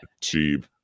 cheap